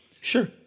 Sure